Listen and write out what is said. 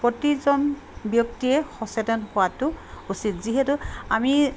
প্ৰতিজন ব্যক্তিয়ে সচেতন হোৱাটো উচিত যিহেতু আমি